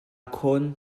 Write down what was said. khawn